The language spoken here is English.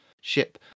ship